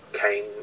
came